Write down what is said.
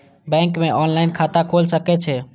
Bank में online खाता खुल सके छे?